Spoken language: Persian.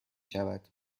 شود